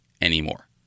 anymore